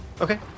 Okay